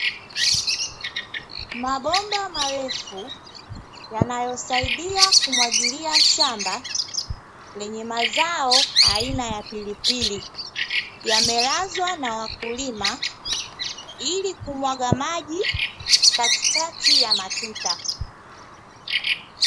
Mabomba marefu yanayosaidia kumwagilia shamba, lenye mazao aina ya pilipili, yamelazwa na wakulima ili kumwaga maji katikati ya matuta.